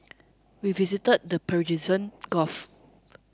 we visited the Persian Gulf